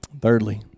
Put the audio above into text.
Thirdly